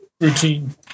Routine